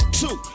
two